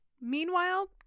Meanwhile